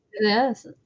yes